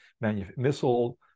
missile